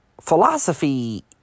philosophy